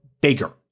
bigger